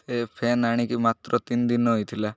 ସେ ଫ୍ୟାନ୍ ଆଣିକି ମାତ୍ର ତିନି ଦିନ ହୋଇଥିଲା